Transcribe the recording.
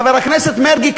חבר הכנסת מרגי,